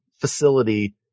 facility